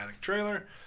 trailer